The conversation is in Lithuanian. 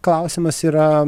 klausimas yra